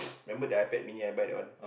remember that iPad mini I buy that one